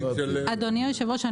אדוני יושב הראש,